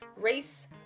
race